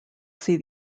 see